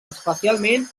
especialment